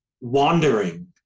wandering